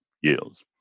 yields